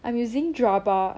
I am using jabra